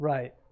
Right